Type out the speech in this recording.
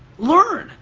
learn,